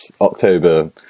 October